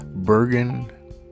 Bergen